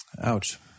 Ouch